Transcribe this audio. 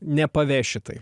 nepaveši taip